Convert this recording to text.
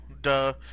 duh